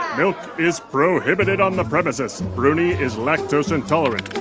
milk is prohibited on the premises. bruni is lactose intolerant.